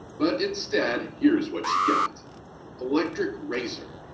but, instead here's what she got electric razor,